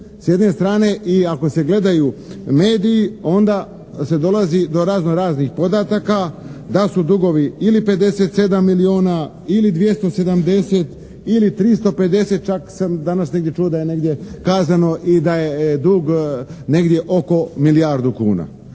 S jedne strane i ako se gledaju mediji onda se dolazi do razno raznih podataka da su dugovi ili 57 milijuna ili 270, ili 350, čak sam danas čuo da je negdje kazano i da je dug negdje oko milijardu kuna.